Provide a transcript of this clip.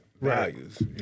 values